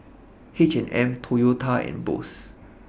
H and M Toyota and Bose